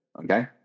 okay